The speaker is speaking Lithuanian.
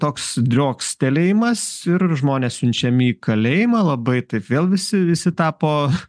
toks driokstelėjimas ir žmonės siunčiami į kalėjimą labai taip vėl visi visi tapo